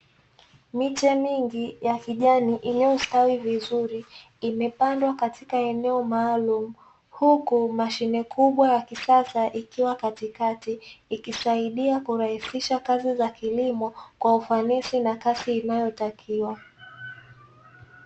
Miche mingi ya kijani iliyostawi vizuri, imepandwa katika eneo maalumu, huku mashine kubwa ya kisasa ikiwa katikati, ikisaidia kurahisisha kazi za kilimo kwa ufanisi na kasi inayotakiwa.